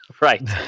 Right